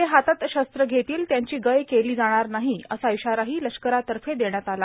जे हातात शस्त्र घेतील त्यांची गय केली जाणार नाही असा इशाराही लष्करातर्फे देण्यात आला